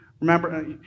Remember